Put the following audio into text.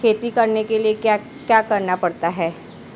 खेती करने के लिए क्या क्या करना पड़ता है?